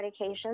medications